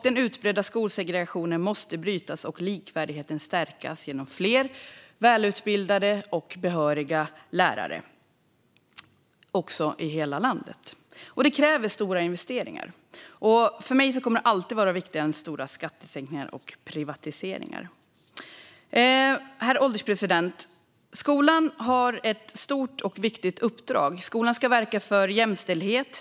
Den utbredda skolsegregationen måste brytas och likvärdigheten stärkas genom fler välutbildade och behöriga lärare i hela landet. Det kräver stora investeringar. För mig kommer detta alltid att vara viktigare än stora skattesänkningar och privatiseringar. Herr ålderspresident! Skolan har ett stort och viktigt uppdrag. Skolan ska verka för jämställdhet.